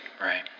right